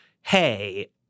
hey